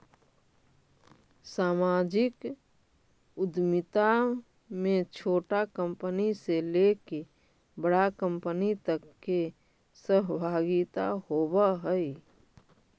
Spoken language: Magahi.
सामाजिक उद्यमिता में छोटा कंपनी से लेके बड़ा कंपनी तक के सहभागिता होवऽ हई